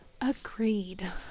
agreed